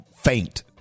faint